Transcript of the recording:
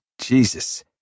Jesus